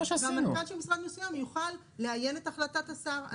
והמנכ"ל של משרד מסוים יוכל לאיין את החלטת השר.